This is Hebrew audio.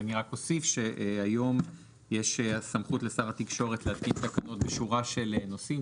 אני רק אוסיף שהיום יש סמכות לשר התקשורת להתקין תקנות בשורה של נושאים,